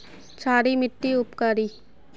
क्षारी मिट्टी उपकारी?